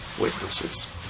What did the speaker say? witnesses